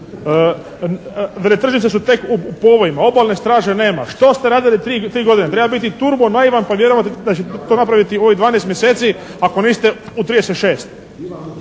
…/Govornik se ne razumije./… obalne straže nema. Što ste radili tri godine? Treba biti turbo naivan pa vjerovati da ćete to napraviti u ovih dvanaest mjeseci ako niste u